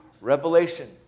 Revelation